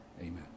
Amen